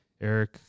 Eric